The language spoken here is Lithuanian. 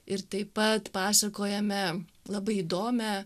ir taip pat pasakojame labai įdomią